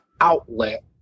outlet